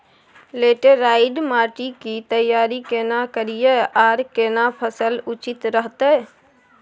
Laterite माटी की तैयारी केना करिए आर केना फसल उचित रहते?